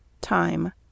time